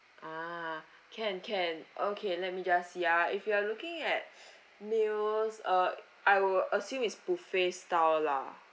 ah can can okay let me just see ah if you are looking at meals uh I would assume is buffet style lah